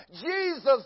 Jesus